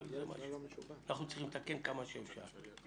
אבל אנחנו צריכים לתקן כמה שאפשר.